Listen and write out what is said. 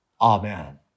Amen